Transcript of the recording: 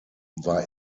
war